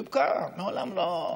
איוב קרא מעולם לא,